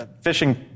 fishing